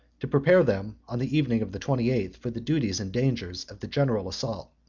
to prepare them, on the evening of the twenty-eighth, for the duties and dangers of the general assault.